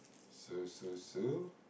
so so so